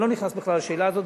אני לא נכנס בכלל לשאלה הזאת,